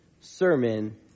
sermon